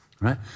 right